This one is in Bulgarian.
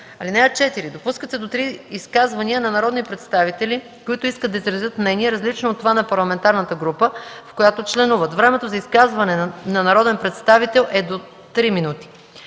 (4) Допускат се до три изказвания на народни представители, които искат да изразят мнение, различно от това на парламентарната група, в която членуват. Времето за изказване на народен представител е до 3 минути.